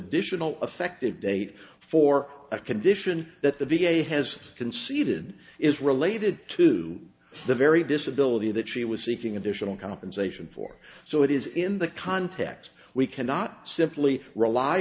additional affected date for a condition that the v a has conceded is related to the very disability that she was seeking additional compensation for so it is in the context we cannot simply rely